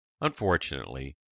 Unfortunately